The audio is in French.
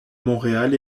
montréal